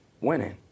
winning